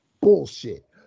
bullshit